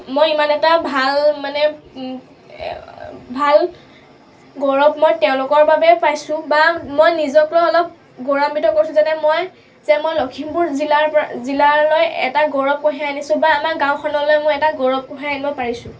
মই ইমান এটা ভাল মানে ভাল গৌৰৱ মই তেওঁলোকৰ বাবেই পাইছোঁ বা মই নিজক লৈ অলপ গৌৰৱাম্বিত কৰিছোঁ যাতে মই যে মই লখিমপুৰ জিলাৰ পৰা জিলালৈ এটা গৌৰৱ কঢ়িয়াই আনিছোঁ বা আমাৰ গাঁওখনলৈ মই এটা গৌৰৱ কঢ়িয়াই আনিব পাৰিছোঁ